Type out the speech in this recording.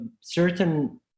certain